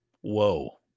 Whoa